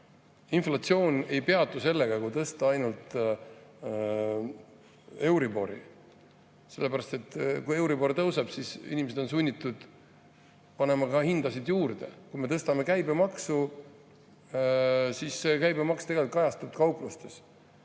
Inflatsioon ei peatu sellega, kui tõsta ainult euribori, sellepärast et kui euribor tõuseb, siis inimesed on sunnitud panema ka hindasid juurde. Kui me tõstame käibemaksu, siis käibemaks kajastub kauplustes: